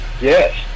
yes